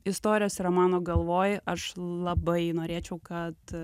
istorijos yra mano galvoj aš labai norėčiau kad